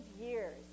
years